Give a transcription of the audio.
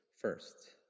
first